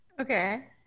Okay